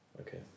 Okay